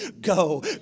go